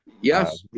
Yes